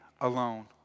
alone